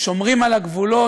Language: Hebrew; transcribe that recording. שומרים על הגבולות,